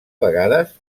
vegades